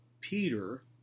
Peter